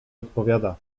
odpowiada